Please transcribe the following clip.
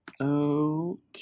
Okay